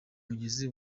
mugezi